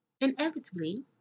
inevitably